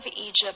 Egypt